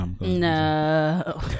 No